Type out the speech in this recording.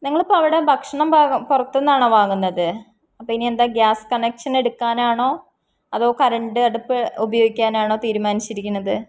നിങ്ങളിപ്പോള് അവിടെ ഭക്ഷണം പുറത്തുനിന്നാണോ വാങ്ങുന്നത് അപ്പോള് ഇനി എന്താണ് ഗ്യാസ് കണക്ഷൻ എടുക്കാനാണോ അതോ കറണ്ട് അടുപ്പ് ഉപയോഗിക്കാനാണോ തീരുമാനിച്ചിരിക്കുന്നത്